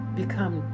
become